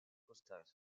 costa